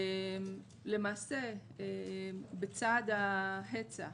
למעשה בצעד ההיצע,